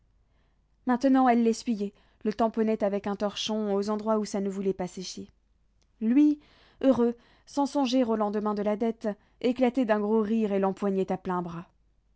maintenant elle l'essuyait le tamponnait avec un torchon aux endroits où ça ne voulait pas sécher lui heureux sans songer au lendemain de la dette éclatait d'un gros rire et l'empoignait à pleins bras